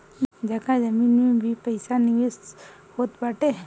जगह जमीन में भी पईसा निवेश होत बाटे